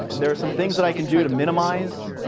there are some things that i can do to minimize